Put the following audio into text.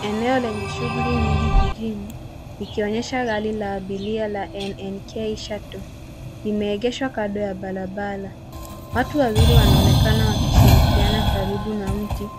Eneo lenye shughuli nyingi jijini likionyesha gari la abiria la NNK Shuttle , imeegeshwa kando ya barabara. Watu wawili wanaonekana wakishirikiana karibu na mti,